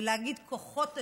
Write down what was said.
ולהגיד: כוחות השוק,